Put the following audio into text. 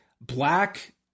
Black